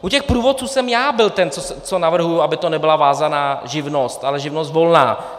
U těch průvodců jsem já byl ten, co navrhuji, aby to nebyla vázaná živnost, ale živnost volná.